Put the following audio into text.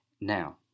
Now